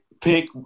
pick